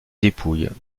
dépouille